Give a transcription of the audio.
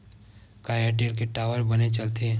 का एयरटेल के टावर बने चलथे?